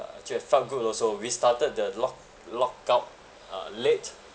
uh should have felt good also we started the lock lockout uh late